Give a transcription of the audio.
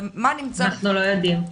אנחנו לא יודעים.